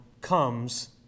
comes